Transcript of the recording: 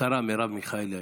השרה מרב מיכאלי.